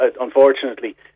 unfortunately